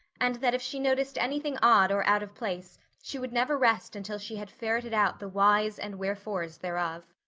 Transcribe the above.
and that if she noticed anything odd or out of place she would never rest until she had ferreted out the whys and wherefores thereof.